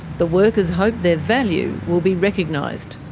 the workers hope their value will be recognised.